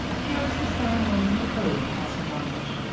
here is the ceremonial ode, pastor manders.